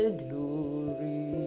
glory